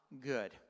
good